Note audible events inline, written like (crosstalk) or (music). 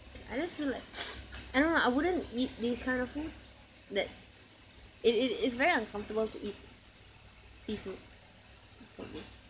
I just feel like (breath) I don't know I wouldn't eat this kind of foods that it it it's very uncomfortable to eat seafood for me